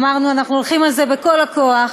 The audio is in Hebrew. אמרנו, אנחנו הולכים על זה בכל הכוח,